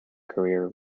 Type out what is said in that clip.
career